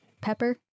Pepper